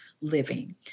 living